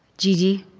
gigi?